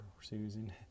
Susan